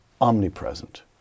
omnipresent